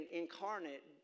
incarnate